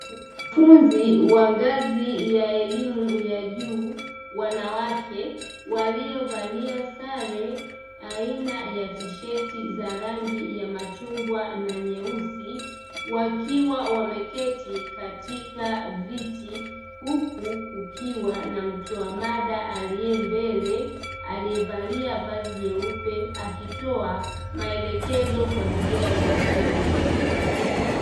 Wanafunzi wa ngazi ya elimu ya juu, wanawake waliovalia sare aina ya tisheti za rangi ya machungwa na nyeusi, wakiwa wameketi katika viti. Huku kukiwa na mtoa mada aliye mbele, aliyevalia vazi jeupe, akitoa maelekezo kwa njia ya vitendo.